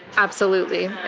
absolutely.